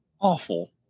Awful